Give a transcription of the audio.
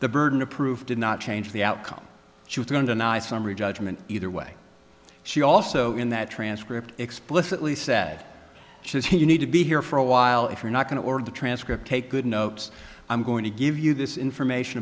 the burden of proof did not change the outcome she was going to nice summary judgment either way she also in that transcript explicitly said says hey you need to be here for a while if you're not going to order the transcript take good notes i'm going to give you this information